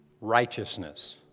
Righteousness